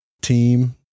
team